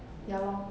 ya lor